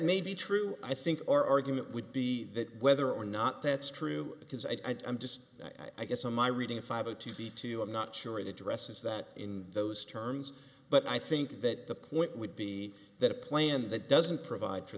may be true i think our argument would be that whether or not that's true because i am just i guess on my reading five a to b to you i'm not sure it addresses that in those terms but i think that the point would be that a plan that doesn't provide for